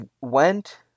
went